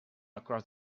across